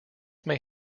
may